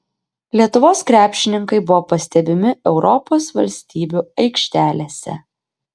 lietuvos krepšininkai buvo pastebimi europos valstybių aikštelėse